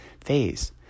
phase